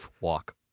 walk